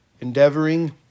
Endeavoring